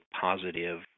positive